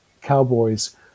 cowboys